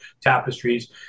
tapestries